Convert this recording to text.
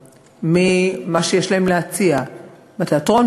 ממה שיש להם להציע בתיאטרון,